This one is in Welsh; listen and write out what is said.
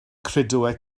credoau